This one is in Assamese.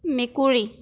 মেকুৰী